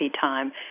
time